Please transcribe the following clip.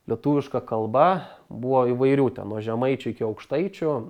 lietuviška kalba buvo įvairių ten nuo žemaičių iki aukštaičių